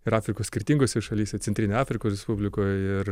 ir afrikos skirtingose šalyse centrinėj afrikos respublikoj ir